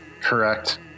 Correct